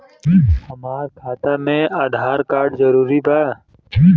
हमार खाता में आधार कार्ड जरूरी बा?